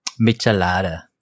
Michelada